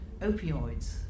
opioids